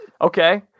Okay